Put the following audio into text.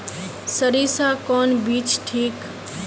सरीसा कौन बीज ठिक?